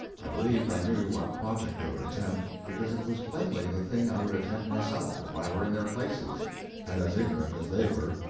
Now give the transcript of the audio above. i believed i knew what project they would attempt, because it was plainly the thing i would attempt myself if i were in their places and as ignorant as they were.